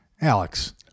Alex